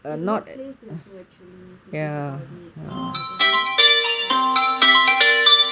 in workplace also actually if you think about it uh they're not a lot of practise ya